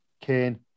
Kane